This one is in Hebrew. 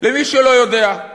למי שלא יודע.